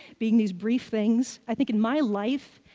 being these brief things? i think in my life,